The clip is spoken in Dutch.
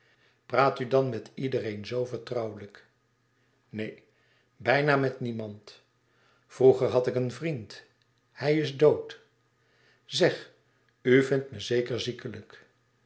praat u dan met iedereen zoo vertrouwelijk neen bijna met niemand met niemand vroeger had ik een vriend hij is dood zeg u vindt me zeker